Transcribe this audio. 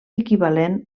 equivalent